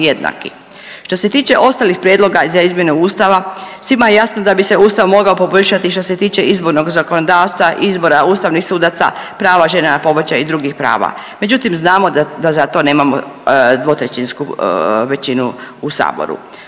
jednaki. Što se tiče ostalih prijedloga za izmjenu Ustava svima je jasno da bi se Ustav mogao poboljšati što se tiče izbornog zakonodavstva, izbora ustavnih sudaca, prava žena na pobačaj i drugih prava. Međutim, znamo da za to nemamo dvotrećinsku većinu u Saboru.